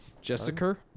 Jessica